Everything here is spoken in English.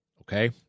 Okay